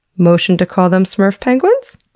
motion to call them smurf penguins?